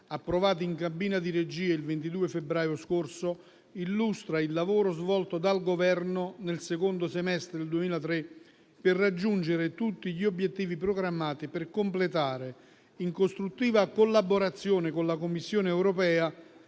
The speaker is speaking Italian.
approvato in cabina di regia il 22 febbraio scorso, illustra il lavoro svolto dal Governo nel secondo semestre del 2023 per raggiungere tutti gli obiettivi programmati e per completare, in costruttiva collaborazione con la Commissione europea,